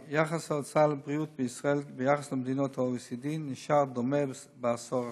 ההוצאה על בריאות בישראל ביחס למדינות ה-OECD נשארה דומה בעשור האחרון.